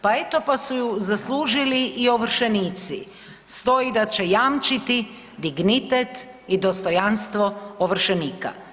Pa eto pa su ju zaslužili i ovršenici, stoji da će jamčiti dignitet i dostojanstvo ovršenika.